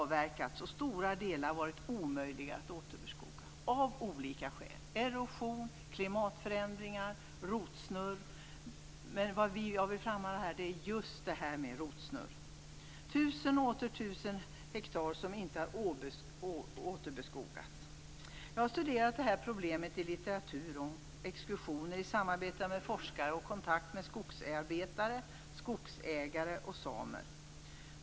Stora delar har varit omöjliga att återbeskoga av olika skäl, t.ex. erosion, klimatförändringar och rotsnurr. Det jag vill framhålla här är just detta med rotsnurr. Det handlar om tusen och åter tusen hektar som inte har återbeskogats. Jag har studerat det här problemet i litteratur, vid exkursioner, i samarbete med forskare och i kontakter med skogsarbetare, skogsägare och samer.